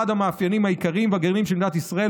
המאפיינים העיקריים והגרעיניים של מדינת ישראל,